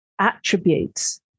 attributes